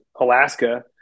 Alaska